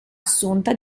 assunta